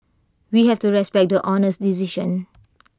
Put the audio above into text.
we have to respect the Honour's decision